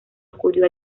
acudió